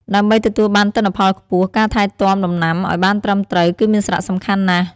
ដើម្បីទទួលបានទិន្នផលខ្ពស់ ការថែទាំដំណាំឱ្យបានត្រឹមត្រូវគឺមានសារៈសំខាន់ណាស់។